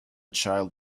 child